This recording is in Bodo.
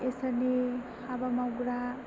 इसोरनि हाबा मावग्रा